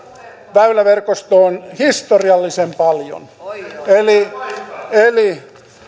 väyläverkostoon historiallisen paljon eli eli